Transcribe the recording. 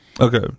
Okay